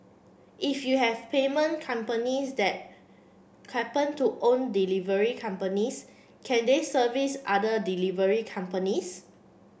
if you have payment companies that happen to own delivery companies can they service other delivery companies